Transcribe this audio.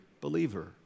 believer